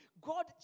God